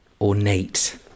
ornate